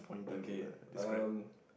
okay um